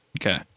Okay